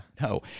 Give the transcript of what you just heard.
no